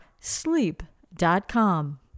sleep.com